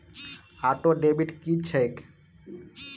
Auto debit की छैक?